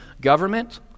government